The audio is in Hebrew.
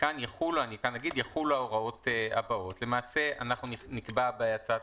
--- כאן יחולו ההוראות הבאות: למעשה נקבע בהצעת